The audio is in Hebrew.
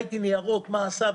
ראיתי ניירות ומה הוא עשה,